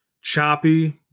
choppy